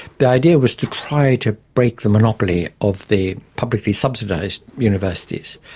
the idea was to try to break the monopoly of the publicly subsidised universities.